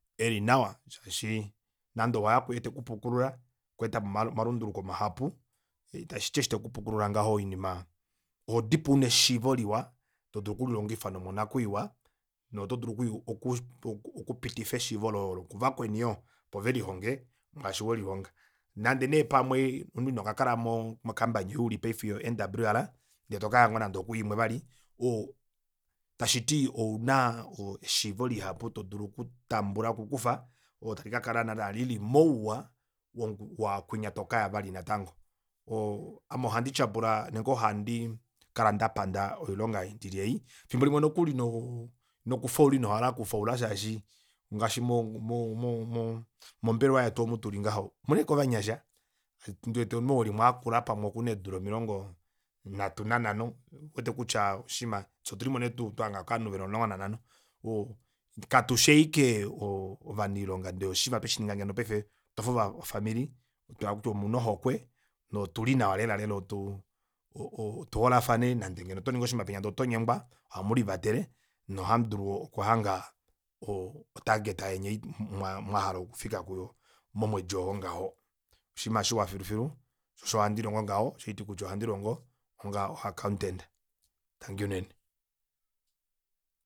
Elinawa shaashi nande owaya puye teku pukulula okwa etapo omalunduluko mahapu tashiti eshi tekupukulula ngaho oinima ohodipo una eshiivo liwa todulu okulilongifa nomonakwiiwa noto dulu oku- oku okupitifa eshiivo loye olo kuvakweni yoo opo velihonge mwaasho welihongo nande nee pamwe omunhu ino kakala mo campany ei uli paife yo nwr ndee tokaya ngoo nande okuimwe vali oo tashiti ouna eshiivo lihapu todulu kutambula kukufa olo tali kakala natango naana lili mouwa waakwinya tokaya vali natango o ame ohandi tyapula nenge ohandi kala ndapanda oilonga ei ndili ei fimbo limwe noo nokufaula inohala oku faula shaashi ngaashi mo- mo- mo mombelewa yetu omutuli ngaho omuna ashike ovanyasha ndiwete omunhu ou elimo akula pamwe okuna eedula omilongo nhatu na nhano ondiwete kutya oshiima fyee otulimo nee twahanga povanhu eli omulongo nanhano o katufi ashike ovanailonga ndee oshima tweshininga ngeno paife twafa ova ofamali tohala kutya omuna ohokwe notuli nawa lela tuu o- o- otuholafane nande ngeno otoningi oshinima penya ndee otonyengwa ohamulivatele nohamudulu okuhanga otageta yeni ei mwahala okufika kuyo momwedi oo ngaho oshiima shiwa filu filu shoo osho handi longo ngaho osho haiti kutya ohandilongo onga o accountant tangi unene